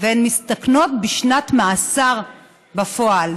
והן מסתכנות בשנת מאסר בפועל.